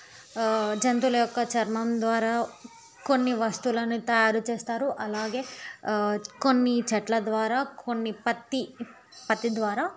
జంతువుల యొక్క చర్మం ద్వారా కొన్ని వస్తువులను తయారు చేస్తారు అలాగే కొన్ని చెట్ల ద్వారా కొన్ని పత్తి పత్తి ద్వారా